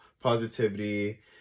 positivity